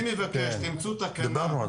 תמצאו תקנה,